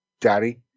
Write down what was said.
daddy